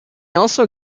also